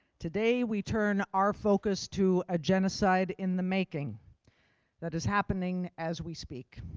today we turn our focus to a genocide in the making that is happening as we speak.